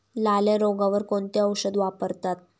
लाल्या रोगावर कोणते औषध वापरतात?